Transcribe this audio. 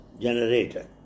generator